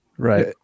Right